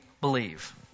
believe